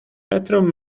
petrov